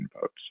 votes